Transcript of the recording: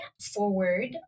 forward